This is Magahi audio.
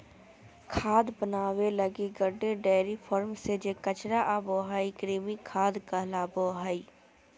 खाद बनाबे लगी गड्डे, डेयरी फार्म से जे कचरा आबो हइ, कृमि खाद कहलाबो हइ